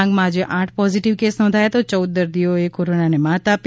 ડાંગ જિલ્લામાં આજે આઠ પોઝીટીવ કેસ નોંધાયા તો યૌદ દર્દીઓએ કોરોનાને મ્હાત આપી